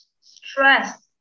stress